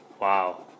Wow